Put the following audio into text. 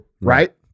right